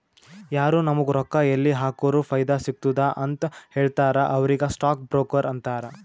ಯಾರು ನಾಮುಗ್ ರೊಕ್ಕಾ ಎಲ್ಲಿ ಹಾಕುರ ಫೈದಾ ಸಿಗ್ತುದ ಅಂತ್ ಹೇಳ್ತಾರ ಅವ್ರಿಗ ಸ್ಟಾಕ್ ಬ್ರೋಕರ್ ಅಂತಾರ